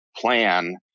plan